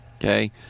Okay